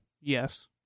Yes